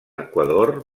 equador